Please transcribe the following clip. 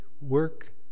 work